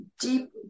deep